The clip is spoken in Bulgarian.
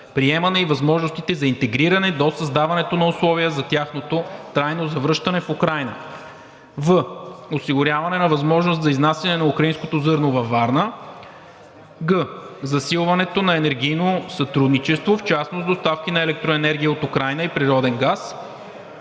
в) осигуряване на възможност за изнасяне на украинското зърно във Варна; г) засилването на енергийно сътрудничество в частност доставки на електроенергия от Украйна и природен газ;